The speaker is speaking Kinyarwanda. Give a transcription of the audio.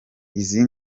izi